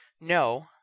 No